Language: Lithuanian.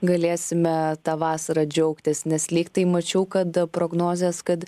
galėsime tą vasara džiaugtis nes lygtai mačiau kad prognozės kad